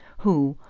who,